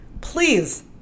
please